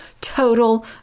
Total